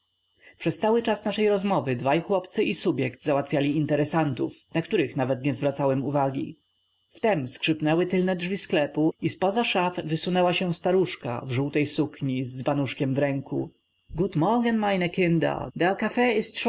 przez cały czas naszej rozmowy dwaj chłopcy i subjekt załatwiali interesantów na których nawet nie zwracałem uwagi wtem skrzypnęły tylne drzwi sklepu i z poza szaf wysunęła się staruszka w żółtej sukni z dzbanuszkiem w ręku gut morgen